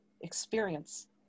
experience